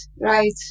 right